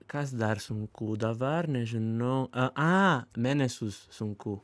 kas dar sunku darbar nežinau a aa mėnesius sunku